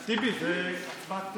את הצעת חוק שירותי תעופה (פיצוי וסיוע בשל